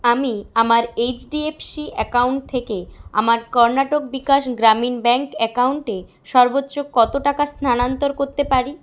আমি আমার HDFC account থেকে আমার কর্ণাটক বিকাশ গ্রামীণ ব্যাঙ্ক অ্যাকাউন্টে সর্বোচ্চ কত টাকা স্থানান্তর করতে পারি